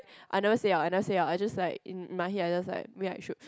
I never say out I never say out I just like in my head I just like maybe I should